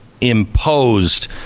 imposed